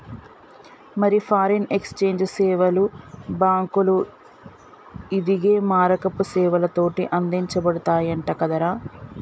మరి foreign exchange సేవలు బాంకులు, ఇదిగే మారకపు సేవలతోటి అందించబడతయంట కదరా